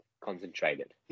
concentrated